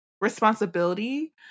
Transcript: responsibility